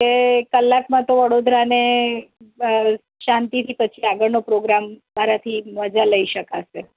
એક કલાકમાં તો વડોદરાને શાન્તીથી પછી આગળનો પ્રોગ્રામ મારાથી મઝા લઈ શકાશે